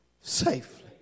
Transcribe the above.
Safely